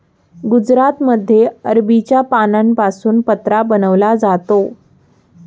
गुजरातमध्ये अरबीच्या पानांपासून पत्रा बनवला जातो